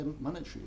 monetary